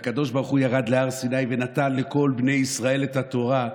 והקדוש ברוך הוא ירד להר סיני ונתן לכל בני ישראל את התורה,